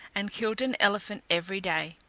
and killed an elephant every day,